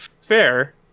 fair